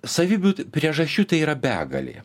savybių priežasčių tai yra begalė